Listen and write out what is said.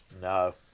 No